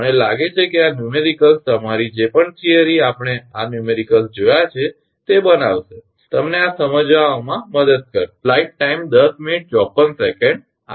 મને લાગે છે કે આ આંકડા તમારી જે પણ થિયરી આપણે આ numericals જોયા છે તે બનાવશે તમને આ સમજવામાં મદદ કરશે